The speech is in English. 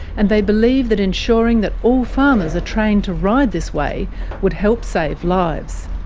and they believe that ensuring that all farmers are trained to ride this way would help save lives.